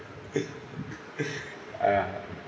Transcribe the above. !aiya!